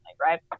right